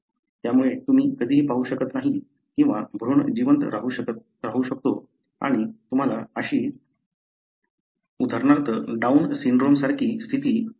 त्यामुळे तुम्ही कधीही पाहू शकत नाही किंवा भ्रूण जिवंत राहू शकतो आणि तुम्हाला अशी उदाहरणार्थ डाउन सिंड्रोम सारखी स्थिती असू शकते